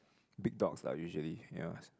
big dogs lah usually ya